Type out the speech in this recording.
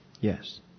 Yes